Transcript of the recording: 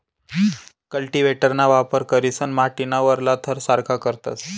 कल्टीव्हेटरना वापर करीसन माटीना वरला थर सारखा करतस